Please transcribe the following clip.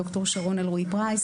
ד"ר שרון אלרועי פרייס.